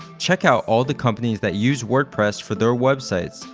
check out all the companies that use wordpress for their websites,